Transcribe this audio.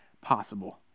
possible